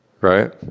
Right